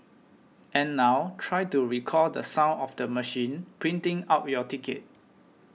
and now try to recall the sound of the machine printing out your ticket